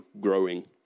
growing